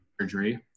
surgery